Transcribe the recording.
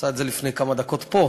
הוא עשה את זה לפני כמה דקות פה,